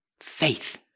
faith